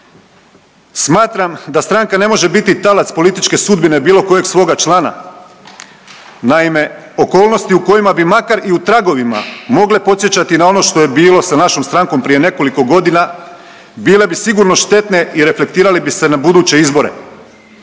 „Smatram da stranka ne može biti talac političke sudbine bilo kojeg svoga člana. Naime, okolnosti u kojima bi makar i u tragovima mogle podsjećati na ono što je bilo sa našom strankom prije nekoliko godina bile bi sigurno štetne i reflektirale bi se na buduće izbore.